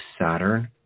Saturn